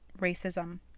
racism